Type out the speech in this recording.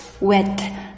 wet